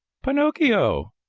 pinocchio.